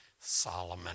Solomon